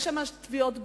יש שם תביעות בעלות,